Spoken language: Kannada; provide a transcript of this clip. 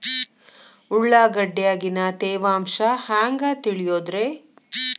ಉಳ್ಳಾಗಡ್ಯಾಗಿನ ತೇವಾಂಶ ಹ್ಯಾಂಗ್ ತಿಳಿಯೋದ್ರೇ?